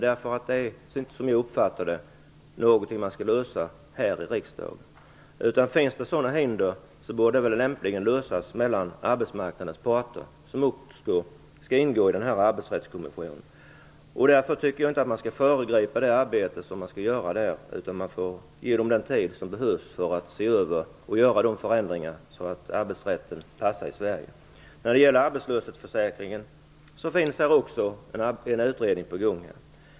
Det är inte, som jag uppfattar det, någonting man skall lösa här i riksdagen. Finns det sådana hinder borde det lämpligen lösas mellan arbetsmarknadens parter, som också skall ingå i denna arbetsrättskommission. Därför tycker jag inte att vi skall föregripa det arbete som skall göras där. Man går ge kommissionen den tid som behövs för att se över de förändringar som behövs, så att arbetsrätten passar i Sverige. När det gäller arbetslöshetsförsäkringen finns också en utredning på gång.